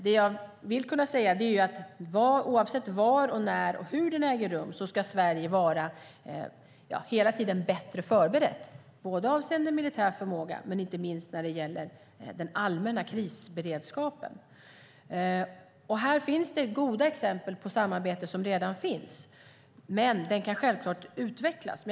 Men oavsett var, när och hur det äger rum ska Sverige vara bättre förberett avseende militär förmåga och inte minst när det gäller den allmänna krisberedskapen. Här finns goda exempel på samarbete, men det kan självklart utvecklas.